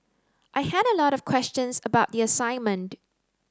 I had a lot of questions about the assignment